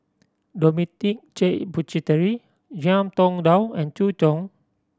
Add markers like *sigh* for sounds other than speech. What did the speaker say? Dominic J Puthucheary Ngiam Tong Dow and Zhu *unintelligible*